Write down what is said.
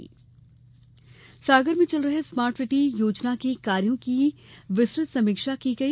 smart city समीक्षा सागर में चल रहे स्मार्ट सिटी योजना के कार्यो की विस्तृत समीक्षा की गई